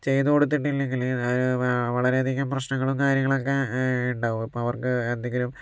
ചെയ്തു കൊടുത്തിട്ടില്ലെങ്കിൽ വളരെയധികം പ്രശ്നങ്ങളും കാര്യങ്ങളുമൊക്കെ ഉണ്ടാകും അപ്പോൾ അവർക്ക് എന്തെങ്കിലും